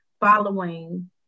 following